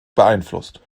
beeinflusst